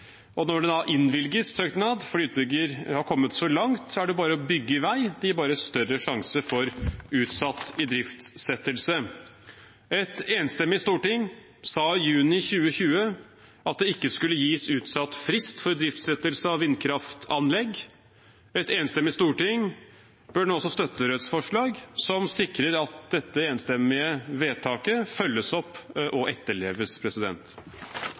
Når det innvilges en søknad fordi utbygger har kommet så langt, er det jo bare å bygge i vei – det gir bare en større sjanse for utsatt idriftsettelse. Et enstemmig Storting sa i juni 2020 at det ikke skulle gis utsatt frist for idriftsettelse av vindkraftanlegg. Et enstemmig Storting bør nå også støtte Rødts forslag, som sikrer at dette enstemmige vedtaket følges opp og etterleves.